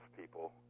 people